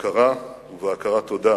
בהוקרה והכרת תודה